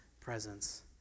presence